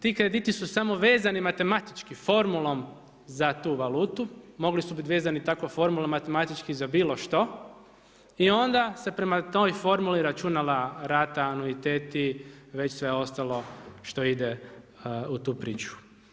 Ti krediti su samo vezani matematički, formulom za tu valutu, mogli su biti tako vezani matematički za bilo što i onda se prema toj formuli računala rata, anuiteti, već sve ostalo što ide u tu priču.